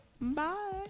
Bye